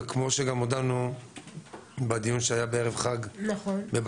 וכמו שכבר הודענו בדיון שהיה בערב החג בבג"ץ,